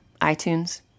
iTunes